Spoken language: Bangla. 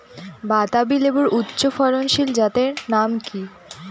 বাতাবি লেবুর উচ্চ ফলনশীল জাতের নাম কি?